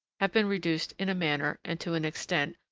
have been reduced in a manner, and to an extent,